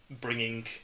bringing